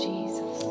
Jesus